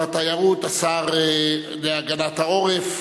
שר התיירות, השר להגנת העורף,